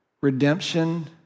redemption